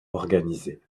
organisée